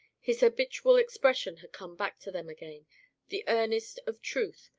his habitual expression had come back to them again the earnest of truth,